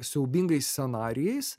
siaubingais scenarijais